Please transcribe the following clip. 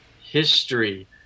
history